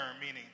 meaning